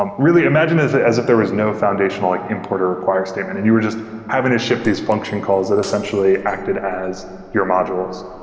um really, imagine as as if there was no foundational like import or require statement and you were just having to ship these function calls that essentially acted as your modules.